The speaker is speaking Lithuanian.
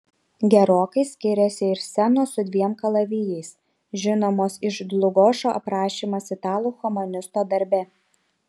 gerokai skiriasi ir scenos su dviem kalavijais žinomos iš dlugošo aprašymas italų humanisto darbe